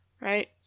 Right